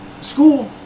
school